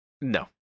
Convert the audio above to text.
No